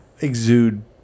exude